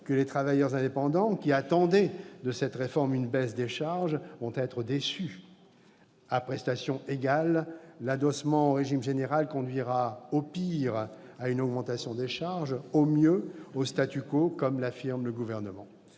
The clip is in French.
que les travailleurs indépendants, qui attendaient de cette réforme une baisse des charges, vont être déçus : à prestations égales, l'adossement au régime général conduira, au pis, à une augmentation des charges, au mieux, au, comme l'affirme le Gouvernement.